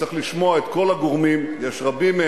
צריך לשמוע את כל הגורמים, יש רבים,